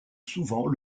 souvent